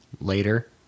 later